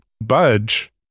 budge